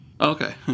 Okay